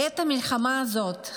בעת המלחמה הזאת,